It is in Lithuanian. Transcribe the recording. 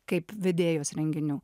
kaip vedėjos renginių